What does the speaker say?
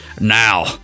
Now